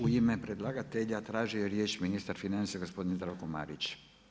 U ime predlagatelja tražio je riječ ministar financija gospodin Zdravko Marić.